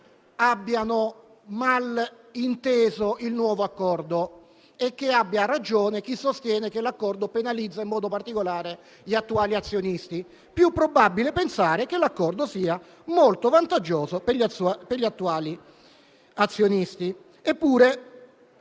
abbiano male inteso il nuovo accordo e che abbia ragione chi sostiene che l'accordo penalizza in modo particolare gli attuali azionisti. Più probabile pensare che l'accordo sia molto vantaggioso per gli attuali azionisti.